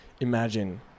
imagine